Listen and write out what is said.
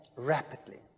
rapidly